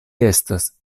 estas